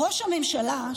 ראש הממשלה,